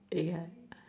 ya